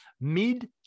mid